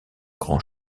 grand